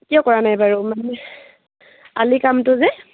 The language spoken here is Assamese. কিয় কৰা নাই বাৰু মানে আলি কামটো যে